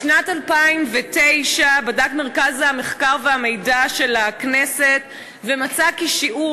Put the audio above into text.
בשנת 2009 בדק מרכז המחקר והמידע של הכנסת ומצא כי שיעור